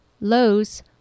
Lowe's